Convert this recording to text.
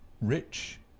Rich